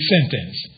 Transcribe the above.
sentence